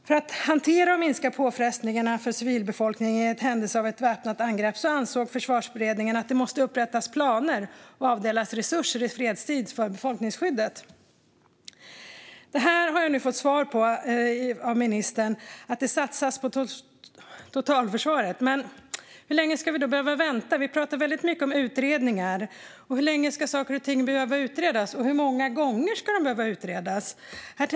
För att kunna hantera och minska påfrestningarna för civilbefolkningen i händelse av väpnat angrepp ansåg Försvarsberedningen att det i fredstid måste upprättas planer och avdelas resurser för befolkningsskyddet. Jag har nu fått svar av ministern att det satsas på totalförsvaret. Men hur länge ska vi behöva vänta? Det talas mycket om utredningar. Hur länge ska saker och ting behöva utredas? Och hur många gånger ska de behöva utredas?